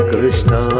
Krishna